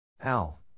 al